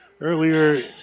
earlier